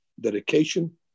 dedication